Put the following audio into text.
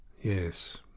Yes